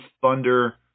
Thunder